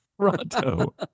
Toronto